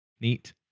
Neat